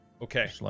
Okay